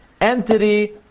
entity